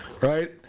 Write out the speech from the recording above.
Right